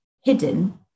hidden